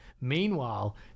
Meanwhile